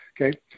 Okay